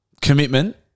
commitment